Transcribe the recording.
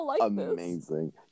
amazing